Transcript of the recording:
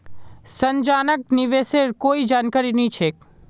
संजनाक निवेशेर कोई जानकारी नी छेक